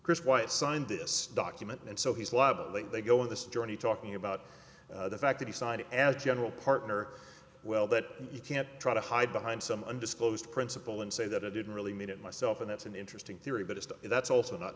chris white signed this document and so he's liable that they go on this journey talking about the fact that he signed it as a general partner well that you can't try to hide behind some undisclosed principle and say that i didn't really mean it myself and that's an interesting theory but it's that's also not